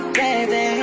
baby